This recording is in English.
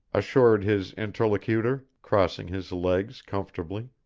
assured his interlocutor, crossing his legs comfortably.